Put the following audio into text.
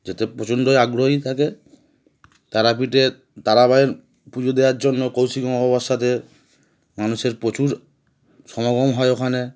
যোতে প্রচণডই আগ্রহী থাকে তারাপীঠে তারাবায়ের পুজো দেয়ার জন্য কৌশিক অমাবাস্যা অবস্থতে মানুষের প্রচুর সমাগম হয় ওখানে